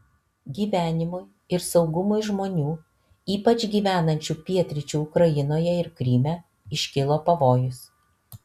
gyvenimui ir saugumui žmonių ypač gyvenančių pietryčių ukrainoje ir kryme iškilo pavojus